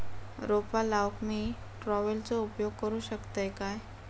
रोपा लाऊक मी ट्रावेलचो उपयोग करू शकतय काय?